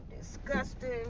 disgusting